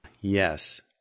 Yes